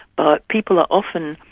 but people are often,